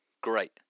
Great